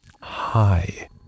Hi